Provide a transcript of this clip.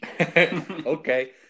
Okay